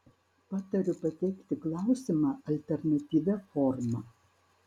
patariu pateikti klausimą alternatyvia forma